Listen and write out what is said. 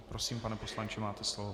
Prosím, pane poslanče, máte slovo.